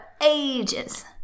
ages